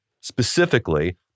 specifically